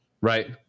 right